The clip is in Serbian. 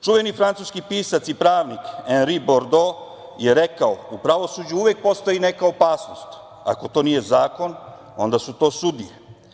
Čuveni francuski pisac i pravnik Anri Bordo je rekao - U pravosuđu uvek postoji neka opasnost, ako to nije zakon, onda su to sudije.